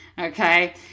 Okay